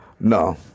No